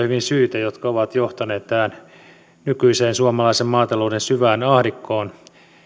hyvin syitä jotka ovat johtaneet tähän nykyiseen suomalaisen maatalouden syvään ahdinkoon